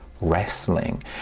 Wrestling